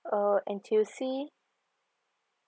uh N_T_U_C